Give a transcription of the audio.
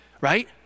right